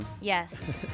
Yes